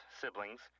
siblings